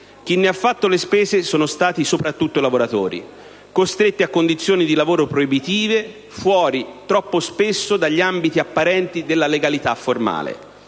Chi ne ha fatto le spese sono stati soprattutto i lavoratori, costretti a condizioni di lavoro proibitive, fuori, troppo spesso, dagli ambiti apparenti della legalità formale.